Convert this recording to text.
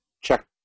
check